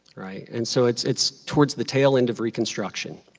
and so it's it's towards the tail end of reconstruction.